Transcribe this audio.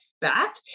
back